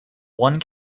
one